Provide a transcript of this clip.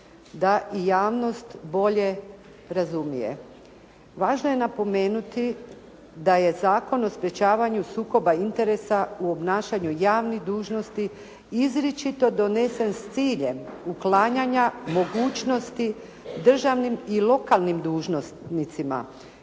da i javnost bolje razumije? Važno je napomenuti da je Zakon o sprječavanju sukoba interesa u obnašanju javnih dužnosti izričito donesen s ciljem uklanjanja mogućnosti državnim i lokalnim dužnosnicima